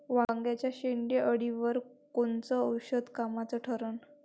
वांग्याच्या शेंडेअळीवर कोनचं औषध कामाचं ठरन?